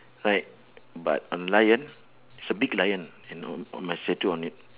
ride but on lion is a big lion and on on my statue on it